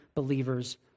believers